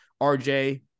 RJ